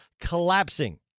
collapsing